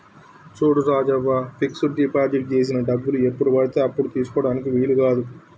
చూడు Rajavva fix deposit చేసిన డబ్బులు ఎప్పుడు పడితే అప్పుడు తీసుకుటానికి వీలు కాదు